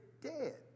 dead